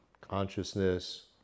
consciousness